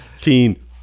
Teen